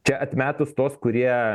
čia atmetus tuos kurie